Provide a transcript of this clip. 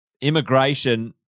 immigration